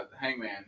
Hangman